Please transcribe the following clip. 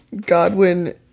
Godwin